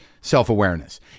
self-awareness